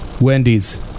Wendy's